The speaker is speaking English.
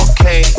Okay